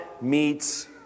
meets